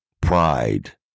Pride